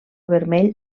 vermell